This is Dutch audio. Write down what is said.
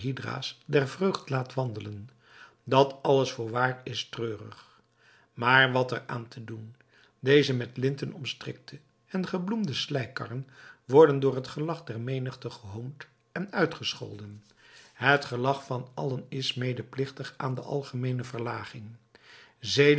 der vreugd laat wandelen dat alles voorwaar is treurig maar wat er aan te doen deze met linten omstrikte en gebloemde slijkkarren worden door het gelach der menigte gehoond en uitgescholden het gelach van allen is medeplichtig aan de algemeene verlaging